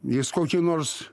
jis kokių nors